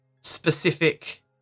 specific